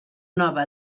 nova